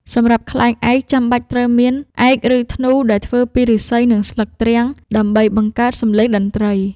សម្រាប់ខ្លែងឯក ចាំបាច់ត្រូវមាន ឯក ឬធ្នូ ដែលធ្វើពីឫស្សី និងស្លឹកទ្រាំង ដើម្បីបង្កើតសំឡេងតន្ត្រី។